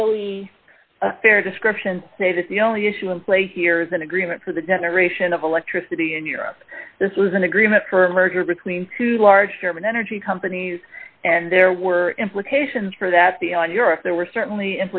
really a fair description to say that the only issue in play here is an agreement for the generation of electricity in europe this was an agreement for a merger between two large german energy companies and there were implications for that the on your us there were certainly